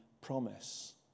promise